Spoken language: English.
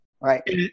Right